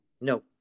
No